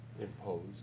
Imposed